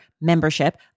membership